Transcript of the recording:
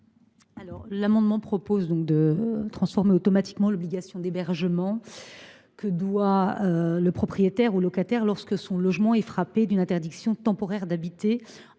amendement a pour objet de transformer automatiquement l’obligation d’hébergement que doit le propriétaire au locataire, lorsque son logement est frappé d’une interdiction temporaire d’habiter,